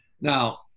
Now